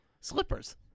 slippers